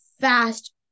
fast